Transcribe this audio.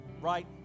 right